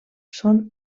són